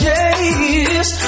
Yes